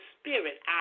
spirit